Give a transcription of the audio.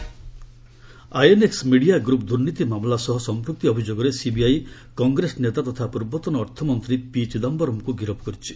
CBI Chidambaram INX media group ଦୁର୍ନୀତି ମାମଲା ସହ ସଂପୃକ୍ତି ଅଭିଯୋଗରେ ସିବିଆଇ କଂଗ୍ରେସ ନେତା ତଥା ପୂର୍ବତନ ଅର୍ଥମନ୍ତ୍ରୀ ପି ଚିଦାୟରମ୍ଙ୍କୁ ଗିରଫ୍ କରିଛି